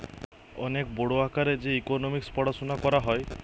অনেক বড় আকারে যে ইকোনোমিক্স পড়াশুনা করা হয়